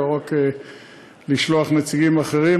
לא רק לשלוח נציגים אחרים,